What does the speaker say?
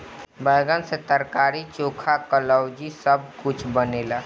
बैगन से तरकारी, चोखा, कलउजी सब कुछ बनेला